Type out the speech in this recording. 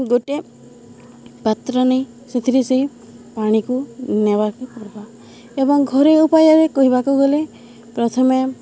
ଗୋଟେ ପାତ୍ର ନେଇ ସେଥିରେ ସେଇ ପାଣିକୁ ନେବାକେ ପଡ଼୍ବା ଏବଂ ଘରୋଇ ଉପାୟରେ କହିବାକୁ ଗଲେ ପ୍ରଥମେ